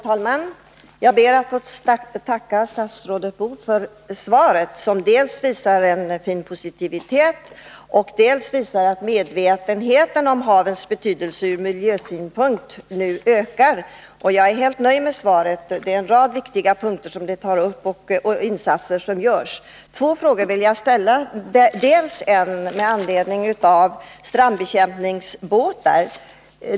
Herr talman! Jag ber att få tacka statsrådet Boo för svaret, som dels visar en positiv inställning, dels visar att medvetenheten om havets betydelse ur miljösynpunkt nu ökar. Jag är helt nöjd med svaret, eftersom där tas upp en rad viktiga frågor och redovisas insatser som görs. Jag vill ta upp två frågor i anslutning till svaret. Den ena gäller strandbekämpningsbåtarna.